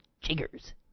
jiggers